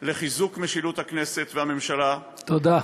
לחיזוק משילות הכנסת והממשלה, תודה.